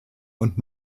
und